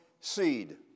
seed